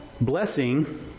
blessing